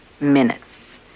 minutes